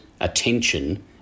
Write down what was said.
Attention